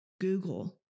Google